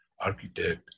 architect